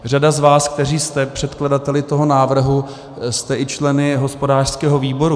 Řada z vás, kteří jste předkladateli toho návrhu, jste i členy hospodářského výboru.